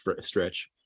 stretch